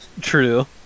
True